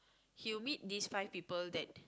he'll meet these five people that